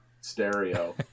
stereo